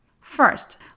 First